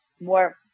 more